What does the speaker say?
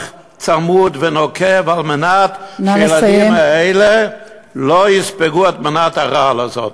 צמוד ונוקב על מנת שהילדים האלה לא יספגו את מנת הרעל הזאת.